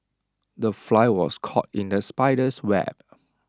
the fly was caught in the spider's web